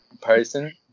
person